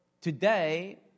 today